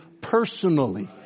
personally